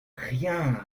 rien